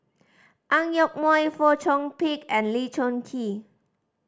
Ang Yoke Mooi Fong Chong Pik and Lee Choon Kee